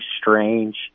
strange